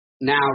now